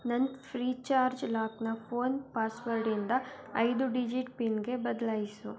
ನನ್ನ ಫ್ರೀಚಾರ್ಜ್ ಲಾಕನ್ನ ಫೋನ್ ಪಾಸ್ವರ್ಡಿಂದ ಐದು ಡಿಜಿಟ್ ಪಿನ್ಗೆ ಬದಲಾಯಿಸು